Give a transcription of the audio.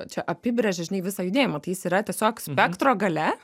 čia apibrėžia žinai visą judėjimą tai jis yra tiesiog spektro gale